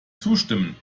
zustimmen